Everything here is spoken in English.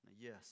Yes